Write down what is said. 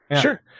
sure